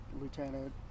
lieutenant